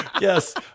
yes